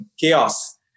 chaos